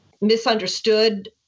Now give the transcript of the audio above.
misunderstood